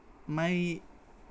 my